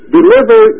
Deliver